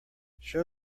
show